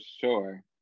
sure